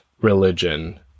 religion